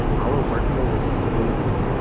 our workflow was really,